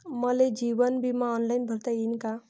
मले जीवन बिमा ऑनलाईन भरता येईन का?